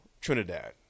Trinidad